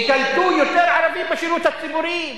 ייקלטו יותר ערבים בשירות הציבורי?